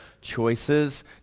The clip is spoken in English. choices